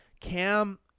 Cam